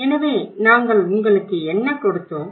எனவே நாங்கள் உங்களுக்கு என்ன கொடுத்தோம்